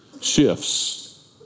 shifts